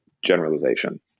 generalization